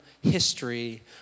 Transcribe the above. history